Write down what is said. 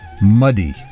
muddy